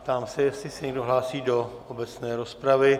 Ptám se, jestli se někdo hlásí do obecné rozpravy.